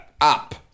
Up